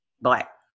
black